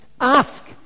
Ask